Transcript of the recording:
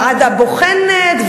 ועדה בוחנת,